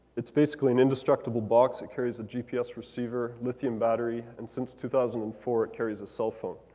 it's basically an indestructible box. it carries a gps receiver, lithium battery, and since two thousand and four, it carries a cell phone.